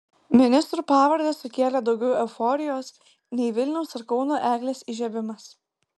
ministrų pavardės sukėlė daugiau euforijos nei vilniaus ar kauno eglės įžiebimas